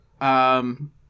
Um-